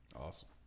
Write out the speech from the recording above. Awesome